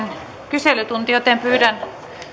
kyselytunti pyydän paikalla olevia